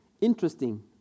interesting